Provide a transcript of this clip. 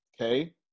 okay